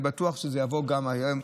ואני בטוח שזה יבוא גם היום.